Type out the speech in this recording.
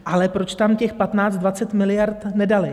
Ale proč tam těch 1520 miliard nedali?